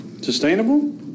Sustainable